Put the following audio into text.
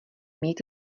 mít